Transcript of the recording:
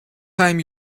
time